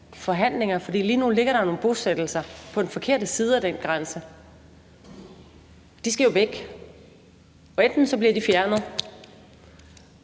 forhandlinger, for lige nu ligger der nogle bosættelser på den forkerte side af den grænse. De skal jo væk, og enten bliver de fjernet,